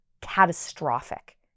catastrophic